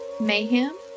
Mayhem